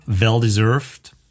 well-deserved